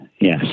Yes